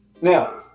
Now